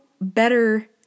better